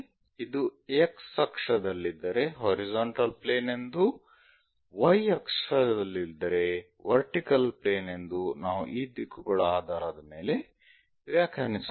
ಇದು X ಅಕ್ಷದಲ್ಲಿದ್ದರೆ horizontal plane ಎಂದೂ Y ಅಕ್ಷದಲ್ಲಿದ್ದರೆ ವರ್ಟಿಕಲ್ ಪ್ಲೇನ್ ಎಂದೂ ನಾವು ಈ ದಿಕ್ಕುಗಳ ಆಧಾರದ ಮೇಲೆ ವ್ಯಾಖ್ಯಾನಿಸುತ್ತೇವೆ